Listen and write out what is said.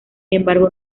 embargo